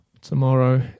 tomorrow